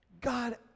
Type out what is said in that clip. God